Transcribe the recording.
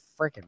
freaking